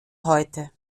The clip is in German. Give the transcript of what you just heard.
heute